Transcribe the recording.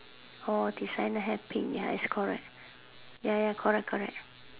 orh designer hat pin ya it's correct ya ya correct correct